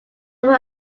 were